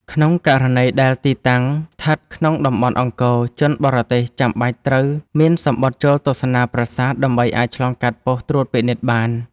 ក្នុងករណីដែលទីតាំងស្ថិតក្នុងតំបន់អង្គរ ជនបរទេសចាំបាច់ត្រូវមានសំបុត្រចូលទស្សនាប្រាសាទ ដើម្បីអាចឆ្លងកាត់ប៉ុស្តិ៍ត្រួតពិនិត្យបាន។